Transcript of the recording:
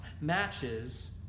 matches